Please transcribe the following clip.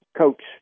coach